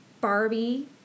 Barbie